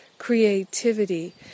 creativity